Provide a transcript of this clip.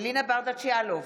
אלינה ברדץ' יאלוב,